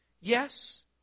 Yes